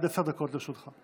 עד עשר דקות לרשותך.